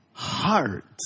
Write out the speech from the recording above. heart